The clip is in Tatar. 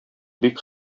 бик